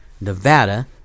Nevada